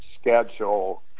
schedule